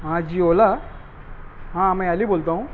ہاں جی اولا ہاں میں علی بولتا ہوں